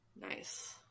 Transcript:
nice